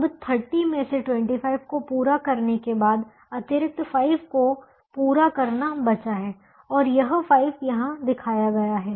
अब 30 में से 25 को पूरा करने के बाद अतिरिक्त 5 को पूरा करना बचा है और यह 5 यहां दिखाया गया है